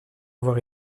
avoir